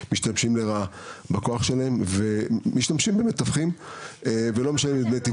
משתמשים בכוח שלהם לרעה ומשתמשים במתווכים ולא משלמים דמי תיווך,